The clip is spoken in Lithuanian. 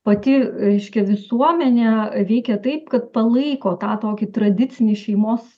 pati reiškia visuomenė veikia taip kad palaiko tą tokį tradicinį šeimos